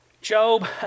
Job